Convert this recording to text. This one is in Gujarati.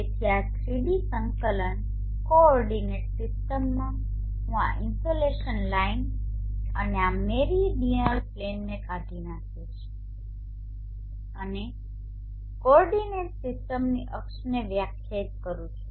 તેથી આ 3D સંકલનકોઓર્ડિનેટ સિસ્ટમમાં હું આ ઇનસોલેશન લાઇન અને આ મેરીડિઅનલ પ્લેનને કાઢી નાખીશ અને કોઓર્ડિનેટ સિસ્ટમની અક્ષને વ્યાખ્યાયિત કરું છું